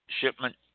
shipment